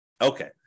Okay